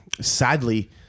Sadly